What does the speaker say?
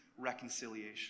reconciliation